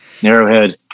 Narrowhead